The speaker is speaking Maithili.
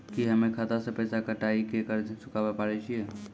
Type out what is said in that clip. की हम्मय खाता से पैसा कटाई के कर्ज चुकाबै पारे छियै?